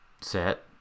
set